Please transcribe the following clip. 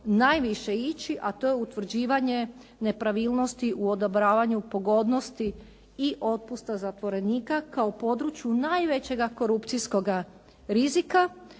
najviše ići, a to je utvrđivanje nepravilnosti u odobravanju pogodnosti i otpusta zatvorenika kao području najvećeg korupcijskoga rizika.